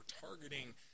targeting